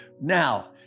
Now